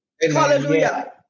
Hallelujah